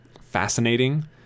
fascinating